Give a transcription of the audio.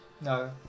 No